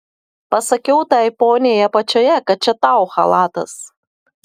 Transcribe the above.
pasakiau tai poniai apačioje kad čia tau chalatas